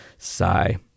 Sigh